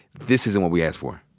this isn't what we asked for.